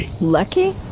Lucky